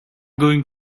going